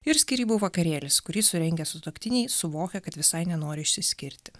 ir skyrybų vakarėlis kurį surengė sutuoktiniai suvokę kad visai nenori išsiskirti